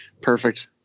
perfect